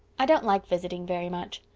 i don't like visiting very much.